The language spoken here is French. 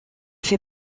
fait